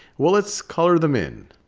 well, let's color them in.